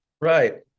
right